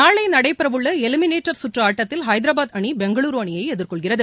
நாளை நடைபெற உள்ள எலிமினேட்டர் கற்று ஆட்டத்தில் ஹைதராபாத் அணி பெங்களுர் அணியை எதிர்கொள்கிறது